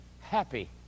happy